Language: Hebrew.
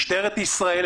משטרת ישראל,